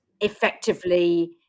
effectively